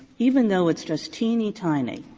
even though it's just teeny tiny,